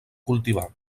cultivar